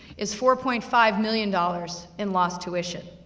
is four point five million dollars, in lost tuition.